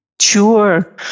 Sure